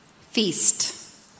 Feast